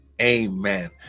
Amen